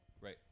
Right